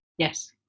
Yes